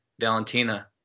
Valentina